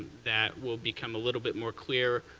that will become a little bit more clear.